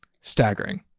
Staggering